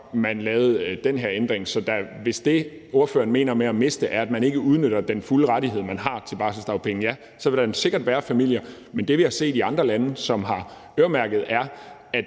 man lavede den her ændring. Så hvis det, ordføreren mener med at miste noget, er, at man ikke udnytter den fulde rettighed, man har, til barselsdagpenge, ja, så vil der sikkert være familier, hvor det er tilfældet. Men det, vi har set i andre lande, som har øremærket noget